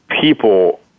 people